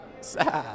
Sad